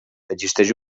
existeix